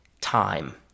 time